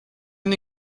han